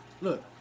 Look